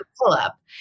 pull-up